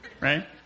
right